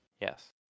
Yes